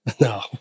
No